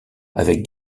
avec